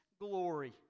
glory